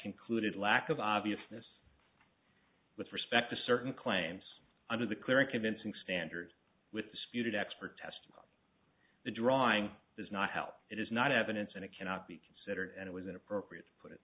concluded lack of obviousness with respect to certain claims under the clear and convincing standard with disputed expert testimony the drawing does not help it is not evidence and it cannot be considered and it was inappropriate